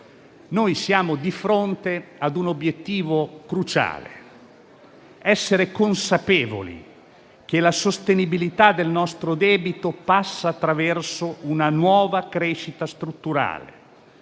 siamo di fronte ad un obiettivo cruciale: essere consapevoli che la sostenibilità del nostro debito passa attraverso una nuova crescita strutturale